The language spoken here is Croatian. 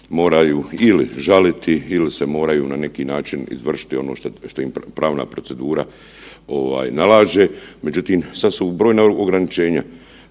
moraju ili žaliti ili se moraju na neki način izvršiti ono što im pravna procedura ovaj nalaže. Međutim, sad su brojna ograničenja,